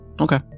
Okay